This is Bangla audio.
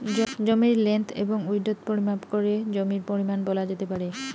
জমির লেন্থ এবং উইড্থ পরিমাপ করে জমির পরিমান বলা যেতে পারে